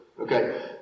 okay